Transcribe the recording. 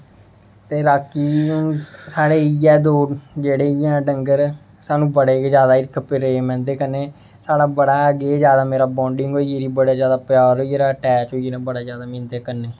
ते राॅकी हून साढ़े इ'यै दो जेह्डे़ इ'यै डंगर सानूं बडे़ गै जादा हिरख प्रेम इं'दे कन्नै साढ़ा बड़ा गै जादा मेरा बाॅन्डिंग होई गेदी ऐ बड़ा जादा प्यार होई गेदा अटैच होई गेदा बड़ा जादा में इं'दे कन्नै